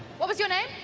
what was your name?